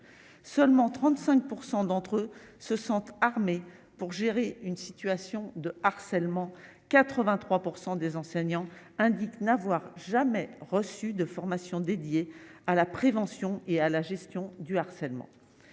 seulement 35 % d'entre eux se sentent armé pour gérer une situation de harcèlement 83 % des enseignants indique n'avoir jamais reçu de formation dédiée à la prévention et à la gestion du harcèlement,